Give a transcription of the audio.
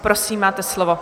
Prosím, máte slovo.